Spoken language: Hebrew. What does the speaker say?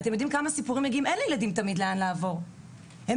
אבל לא תמיד יש לילדים אופציה לעבור לבית ספר